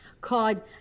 called